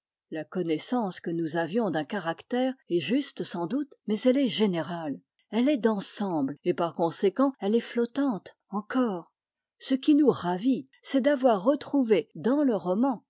la connaissance que nous avions d'un caractère est juste sans doute mais elle est générale elle est d'ensemble et par conséquent elle est flottante encore ce qui nous ravit c'est d'avoir retrouvé dans le roman